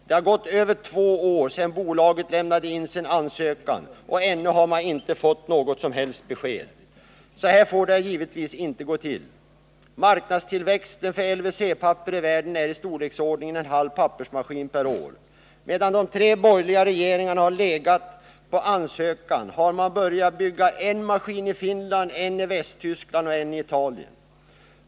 Det har gått över två år sedan bolaget lämnade in sin ansökan, och ännu har man inte fått något som helst besked. Så här får det givetvis inte gå till. Marknadstillväxten för LYC-papper i världen är i storleksordningen en halv pappersmaskin per år. Medan de tre borgerliga regeringarna har legat på ansökan har man börjat bygga en maskin i Finland, en i Västtyskland och en i Italien.